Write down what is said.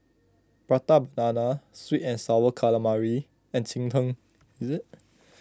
Prata Banana Sweet and Sour Calamari and Cheng Tng